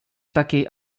takiej